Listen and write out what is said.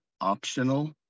optional